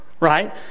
right